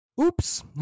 Oops